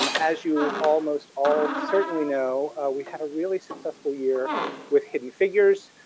um as you almost all certainly know, we had a really successful year with hidden figures,